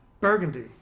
Burgundy